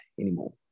anymore